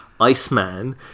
Iceman